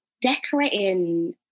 Decorating